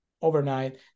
overnight